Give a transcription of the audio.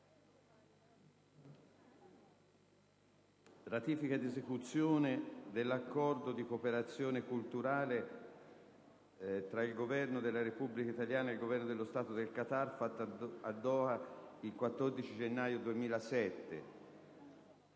***Ratifica ed esecuzione dell'Accordo di cooperazione culturale fra il Governo della Repubblica italiana e il Governo dello Stato del Qatar, fatto a Doha il 14 gennaio 2007***